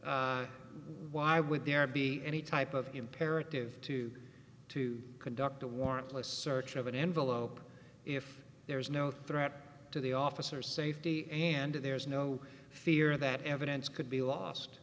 why would there be any type of imperative to to conduct a warrantless search of an envelope if there is no threat to the officer safety and there's no fear that evidence could be lost